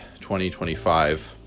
2025